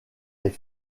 est